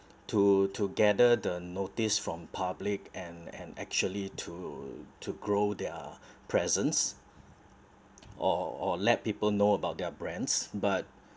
to to gather the notice from public and and actually to to grow their presence or or let people know about their brands but